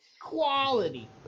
quality